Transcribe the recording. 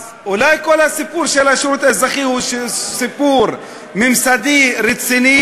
אז כל הסיפור של השירות האזרחי הוא סיפור ממסדי רציני,